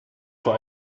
vor